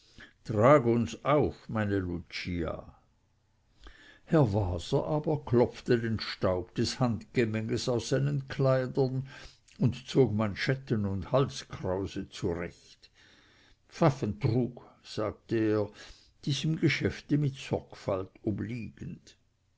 trag uns auf meine lucia herr waser aber klopfte den staub des handgemenges aus seinen kleidern und zog manschetten und halskrause zurecht pfaffentrug sagte er diesem geschäfte mit sorgfalt obliegend